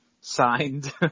signed